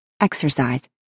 Exercise